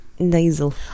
nasal